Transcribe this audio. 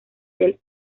del